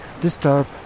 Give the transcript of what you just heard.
disturb